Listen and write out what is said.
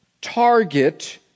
target